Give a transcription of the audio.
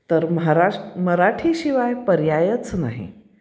तर महाराष्ट्र मराठी शिवाय पर्यायच नाही